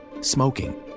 smoking